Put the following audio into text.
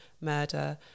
murder